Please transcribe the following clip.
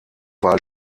wahl